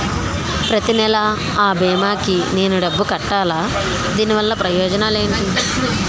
ప్రతినెల అ భీమా కి నేను డబ్బు కట్టాలా? దీనివల్ల ప్రయోజనాలు ఎంటి?